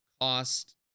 cost